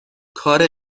کار